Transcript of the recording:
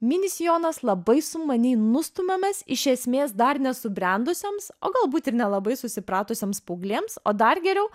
mini sijonas labai sumaniai nustumiamas iš esmės dar nesubrendusioms o galbūt ir nelabai susipratusioms paauglėms o dar geriau